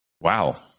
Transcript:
Wow